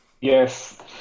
Yes